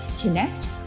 connect